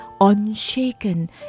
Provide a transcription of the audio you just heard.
unshaken